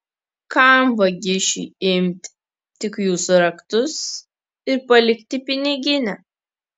kam vagišiui imti tik jūsų raktus ir palikti piniginę